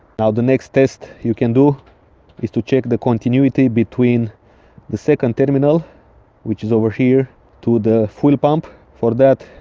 now the next test you can do is to check the continuity betwen the second terminal which is over here to the fuel pump. for that,